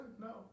No